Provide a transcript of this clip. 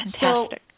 Fantastic